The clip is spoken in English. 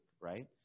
right